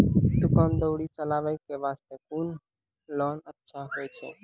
दुकान दौरी चलाबे के बास्ते कुन लोन अच्छा होय छै?